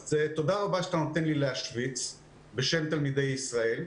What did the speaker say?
תודה רבה שאתה נותן לי להשוויץ בשם תלמידי ישראל.